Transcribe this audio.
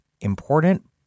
important